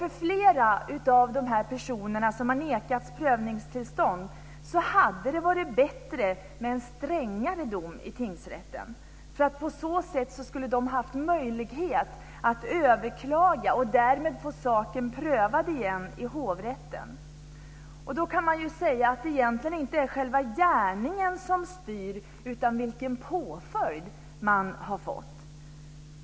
För flera av dessa personer som nekats prövningstillstånd hade det varit bättre med en strängare dom i tingsrätten. På så sätt skulle de haft möjlighet att överklaga och därmed få saken prövad igen i hovrätten. Man kan då säga att det egentligen inte är själva gärningen som styr utan vilken påföljd man fått.